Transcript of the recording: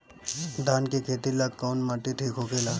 धान के खेती ला कौन माटी ठीक होखेला?